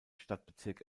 stadtbezirk